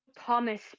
Thomas